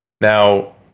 Now